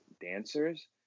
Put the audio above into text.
dancers